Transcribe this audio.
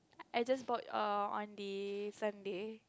I just bought err on the Sunday